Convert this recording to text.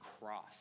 cross